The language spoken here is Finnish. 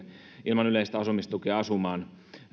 ilman yleistä asumistukea asumaan